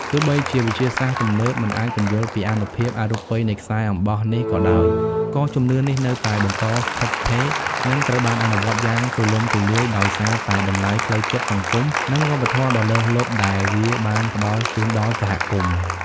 ទោះបីជាវិទ្យាសាស្ត្រទំនើបមិនអាចពន្យល់ពីអានុភាពអរូបីនៃខ្សែអំបោះនេះក៏ដោយ ក៏ជំនឿនេះនៅតែបន្តស្ថិតស្ថេរ និងត្រូវបានអនុវត្តន៍យ៉ាងទូលំទូលាយ ដោយសារតែតម្លៃផ្លូវចិត្ត សង្គម និងវប្បធម៌ដ៏លើសលប់ដែលវាបានផ្តល់ជូនដល់សហគមន៍។